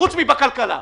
חוץ מבכלכלה,